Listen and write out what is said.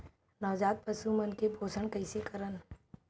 नवजात पशु मन के पोषण कइसे करन?